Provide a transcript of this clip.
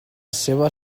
seva